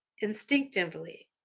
instinctively